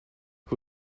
who